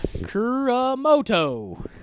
Kuramoto